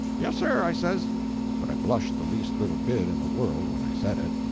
yes, sir, i says but i blushed the least little bit in the world when i said it.